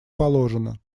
положено